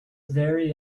very